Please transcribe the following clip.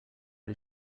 did